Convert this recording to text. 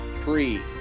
free